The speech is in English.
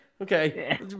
Okay